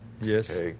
Yes